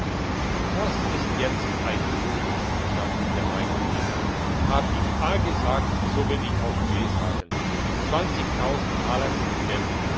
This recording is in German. das ist jetzt ein tun sagte der leineweber hab ich a gesagt so will ich auch b sagen zwanzigtausend taler sind geld